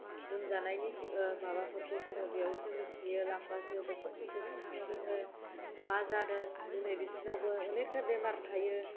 लोमजानायनि माबाफोरखौ जोङो बेयावसो मिथियो लांबासो दक्टरफोरासो खिथानो रोङो मा जादों दिनै बिसोरनावबो अनेकथा बेमार थायो